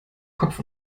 kopf